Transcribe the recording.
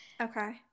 Okay